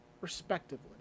respectively